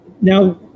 now